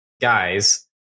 guys